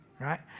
right